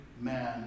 man